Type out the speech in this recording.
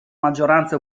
maggioranza